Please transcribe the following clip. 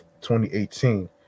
2018